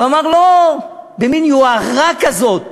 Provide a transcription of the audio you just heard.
והוא אמר לא, במין יוהרה כזאת,